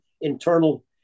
internal